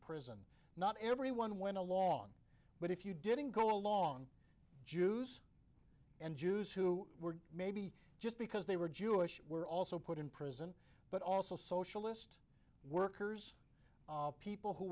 imprisoned not everyone went along but if you didn't go along jews and jews who were maybe just because they were jewish were also put in prison but also socialist workers people who